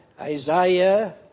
Isaiah